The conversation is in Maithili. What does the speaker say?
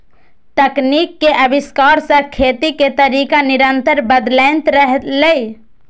तकनीक के आविष्कार सं खेती के तरीका निरंतर बदलैत रहलैए